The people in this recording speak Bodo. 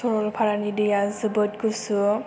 सरलफारानि दैया जोबोत गुसु